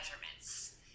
measurements